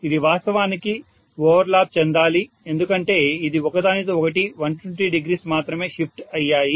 ఇది వాస్తవానికి overlap చెందాలి ఎందుకంటే ఇది ఒకదానికొకటి 1200 మాత్రమే షిఫ్ట్ అయ్యాయి